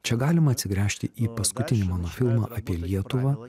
čia galima atsigręžti į paskutinį mano filmą apie lietuvą